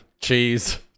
cheese